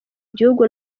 igihugu